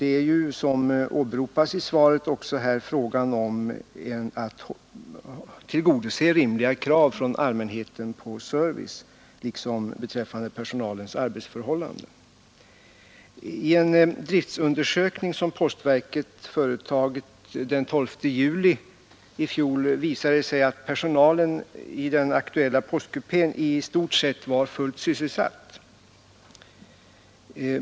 Det är ju, vilket också åberopas i svaret, här fråga om att tillgodose rimliga krav från allmänheten i fråga om service och från personalen beträffande arbetsförhållandena. Vid en driftundersökning som postverket företog den 12 juli i fjol visade det sig att personalen i den aktuella postkupén i stort sett var fullt sysselsatt.